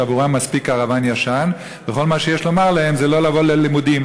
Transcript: שעבורם מספיק קרוון ישן וכל מה שיש לומר להם זה לא לבוא ללימודים?